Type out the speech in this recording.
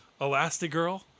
Elastigirl